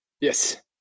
Yes